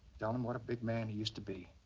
telling them what a big man he used to be.